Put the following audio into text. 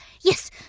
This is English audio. yes